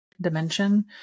dimension